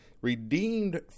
redeemed